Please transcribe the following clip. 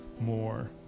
more